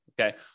Okay